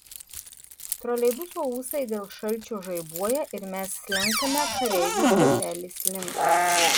troleibuso ūsai dėl šalčio žaibuoja ir mes slenkame kareivių stotelės link